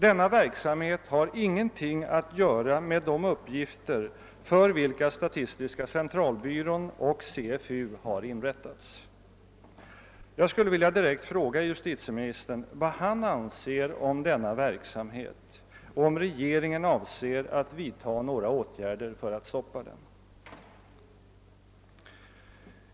Denna verksamhet har ingenting att göra med de uppgifter för vilka statistiska centralbyrån och CFU har inrättats. Jag skulle vilja direkt fråga justitieministern, vad han anser om denna verksamhet och om regeringen avser att vidta några åtgärder för att stoppa den.